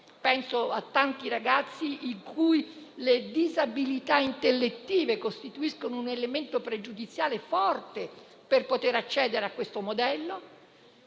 penso ai tanti ragazzi per i quali le disabilità intellettive costituiscono un elemento pregiudiziale forte per poter accedere a questo modello;